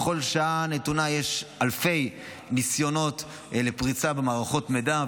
בכל שעה נתונה יש אלפי ניסיונות פריצה למערכות מידע.